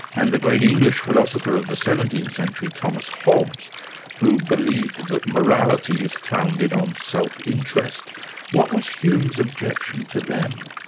and the great english philosopher of the seventeenth century, thomas hobbes who believed that morality is founded on self-interest. what was hume's objection to them?